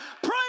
pray